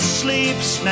sleeps